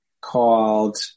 called